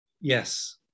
Yes